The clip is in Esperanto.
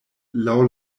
laŭ